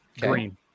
Green